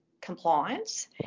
compliance